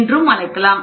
என்று அழைக்கலாம்